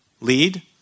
lead